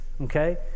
okay